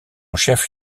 chef